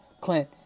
Clint